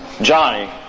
Johnny